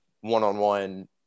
one-on-one